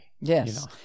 Yes